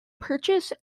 purchase